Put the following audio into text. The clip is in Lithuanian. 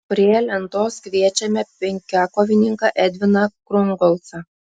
prie lentos kviečiame penkiakovininką edviną krungolcą